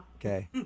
Okay